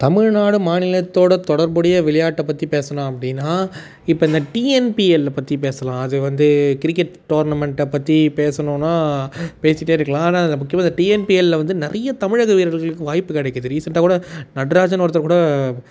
தமிழ்நாடு மாநிலத்தோட தொடர்புடைய விளையாட்டைப் பற்றி பேசணும் அப்படின்னா இப்போ இந்த டிஎன்பிஎல்லை பற்றி பேசலாம் அது வந்து கிரிக்கெட் டோர்னமெண்ட்டைப் பற்றி பேசணுனா பேசிட்டே இருக்கலாம் ஆனால் அதில் முக்கியமாக இந்த டிஎன்பிலில் வந்து நிறைய தமிழக வீரர்களுக்கு வாய்ப்பு கிடைக்கிது ரீசன்டாக கூட நடராஜன்னு ஒருத்தர் கூட